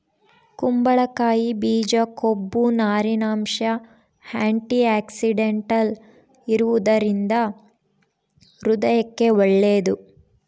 ಕುಂಬಳಕಾಯಿ ಬೀಜ ಕೊಬ್ಬು, ನಾರಿನಂಶ, ಆಂಟಿಆಕ್ಸಿಡೆಂಟಲ್ ಇರುವದರಿಂದ ಹೃದಯಕ್ಕೆ ಒಳ್ಳೇದು